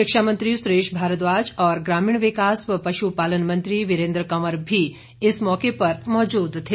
शिक्षा मंत्री सुरेश भारद्वाज और ग्रामीण विकास व पशुपालन मंत्री वीरेन्द्र कंवर भी इस मौके पर मौजूद थे